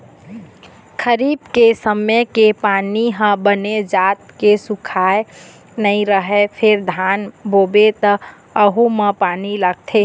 खरीफ के समे के पानी ह बने जात के सुखाए नइ रहय फेर धान बोबे त वहूँ म पानी लागथे